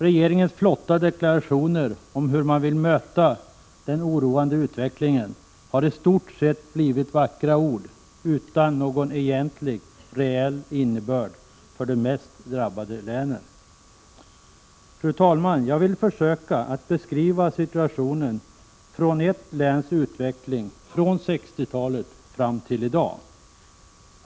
Regeringens flotta deklarationer om hur man vill möta den oroande utvecklingen har i stort sett blivit vackra ord utan någon reell innebörd för de mest drabbade länen. Fru talman! Jag vill försöka att beskriva situationen vad gäller ett läns utveckling från 1960-talet fram till i dag.